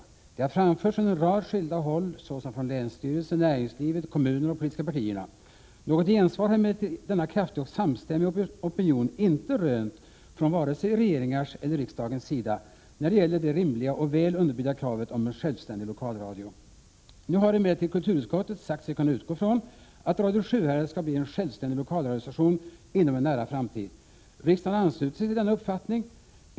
De har framförts från en rad skilda håll — såsom länsstyrelsen, näringslivet, kommunerna och de politiska partierna. Något gensvar har denna kraftiga och samstämmiga opinion emellertid inte rönt vare sig från regeringars eller från riksdagens sida när det gäller det rimliga och väl underbyggda kravet om en självständig lokalradio. Nu har emellertid kulturutskottet sagt sig kunna utgå från att Radio Sjuhärad skall bli en självständig lokalradiostation inom en nära framtid. Riksdagen har anslutit sig till denna uppfattning.